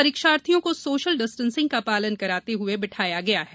परीक्षार्थियों को social distance का पालन करते हुए बिठाया गया है